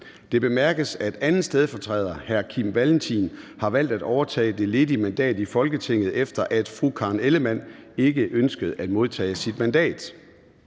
Det bemærkes, at 2. stedfortræder, Kim Valentin, har valgt at overtage det ledige mandat i Folketinget, efter at Karen Ellemann ikke ønskede at modtage sit mandat.